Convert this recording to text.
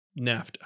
NAFTA